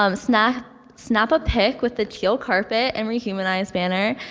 um snap snap a pic with the teal carpet and rehumanize banner,